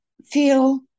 feel